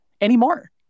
anymore